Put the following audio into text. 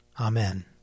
Amen